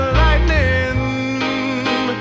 lightning